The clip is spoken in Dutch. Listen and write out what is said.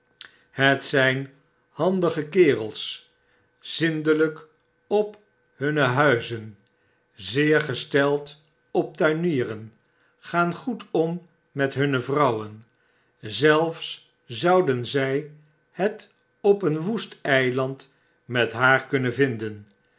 zyn handige kerels zindelyk op hunne huizen zeer gesteld op tuinieren gaan goed om met hunne vrouwen zelfs zouden zij het op een woest eiland met haar kunnen vinden